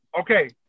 Okay